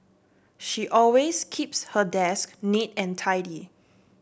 she always keeps her desk neat and tidy